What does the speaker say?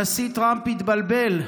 הנשיא טראמפ התבלבל: